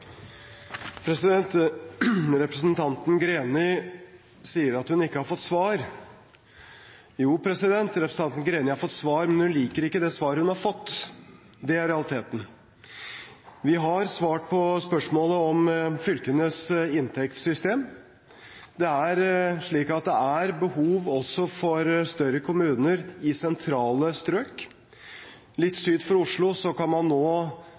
Representanten Greni sier at hun ikke har fått svar. Jo, representanten Greni har fått svar, men hun liker ikke svaret hun har fått. Det er realiteten. Vi har svart på spørsmålet om fylkenes inntektssystem. Det er behov for større kommuner også i sentrale strøk. Litt sør for Oslo kan man nå